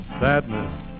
sadness